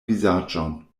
vizaĝon